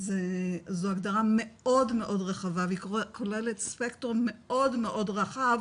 זו הגדרה מאוד מאוד רחבה והיא כוללת ספקטרום מאוד רחב